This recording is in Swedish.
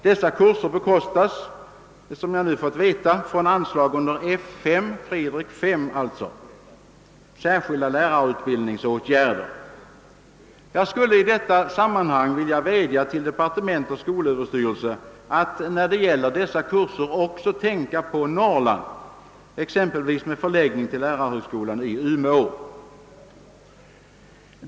Dessa kurser bekostas, enligt vad jag nu fått veta, av medel från anslag under punkt F 5 med rubriken Särskilda lärarutbildningsåtgärder. Jag skulle i detta .sammanhang vilja vädja till departementet och skolöverstyrelsen att när det gäller dessa kurser också tänka på Norrland, exempelvis med förläggning till lärarhögskolan i Umeå.